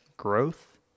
growth